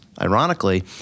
ironically